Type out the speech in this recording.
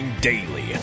daily